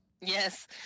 Yes